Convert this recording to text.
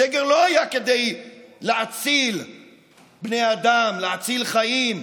הסגר לא היה כדי להציל בני אדם, להציל חיים,